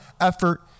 effort